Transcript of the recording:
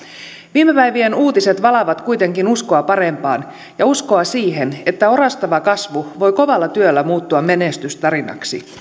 viime päivien uutiset valavat kuitenkin uskoa parempaan ja uskoa siihen että orastava kasvu voi kovalla työllä muuttua menestystarinaksi